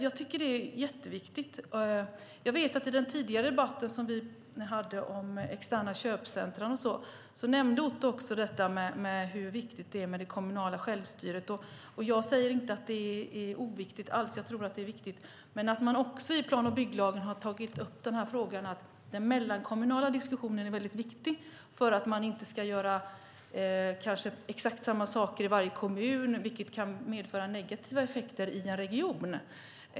Jag tycker att det är jätteviktigt. Jag vet att i den tidigare debatten som vi hade om externa köpcentrum så nämnde Otto von Arnold också hur viktigt det är med det kommunala självstyret. Jag säger inte alls att det är oviktigt - jag tror att det är viktigt - men man har tagit upp de här frågorna också i plan och bygglagen. Den mellankommunala diskussionen är väldigt viktig för att man kanske inte ska göra exakt samma saker i varje kommun, vilket kan medföra negativa effekter i en region.